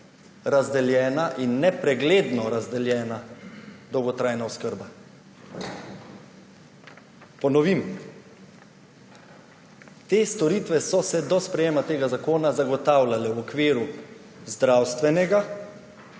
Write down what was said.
razdeljena in nepregledno razdeljena dolgotrajna oskrba? Ponovim. Te storitve so se do sprejetja tega zakona zagotavljale v okviru zdravstvenega,